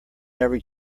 every